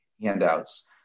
handouts